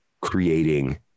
creating